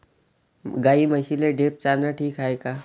गाई म्हशीले ढेप चारनं ठीक हाये का?